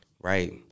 Right